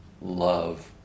love